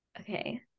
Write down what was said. Okay